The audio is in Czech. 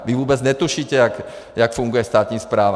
Vy vůbec netušíte, jak funguje státní správa.